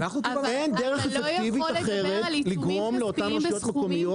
אתם צריכים לגרום לאותן רשויות מקומיות